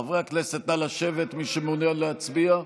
חברי הכנסת, נא לשבת, מי שמעוניין להצביע.